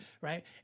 right